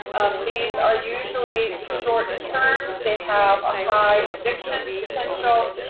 these are usually short-term. they have a high addiction potential.